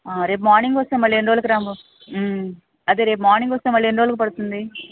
రేపు మార్నింగ్ స్తే మళ్ళీ ఎన్ని రోజులకి రాము అదే రేపు మార్నింగ్ వస్తే మళ్ళీ ఎన్ని రోజులకు పడుతుంది